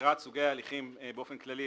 בחירת סוגי הליכים באופן כללי,